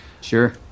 Sure